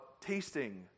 tasting